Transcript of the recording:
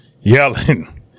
Yelling